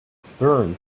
stern